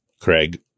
Craig